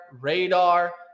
Radar